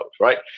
right